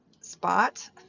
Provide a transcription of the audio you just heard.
spot